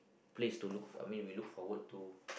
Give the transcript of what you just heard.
place to look I mean we look forward to